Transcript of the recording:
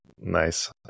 Nice